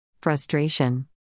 Frustration